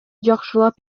жакшылап